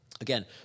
Again